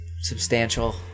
Substantial